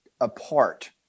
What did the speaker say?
apart